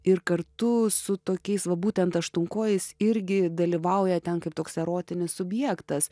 ir kartu su tokiais va būtent aštuonkojis irgi dalyvauja ten kaip toks erotinis subjektas